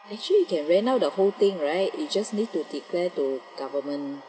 actually you can rent out the whole thing right you just need to declare to government